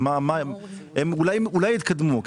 הם אולי התקדמו.